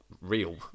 real